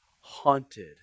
haunted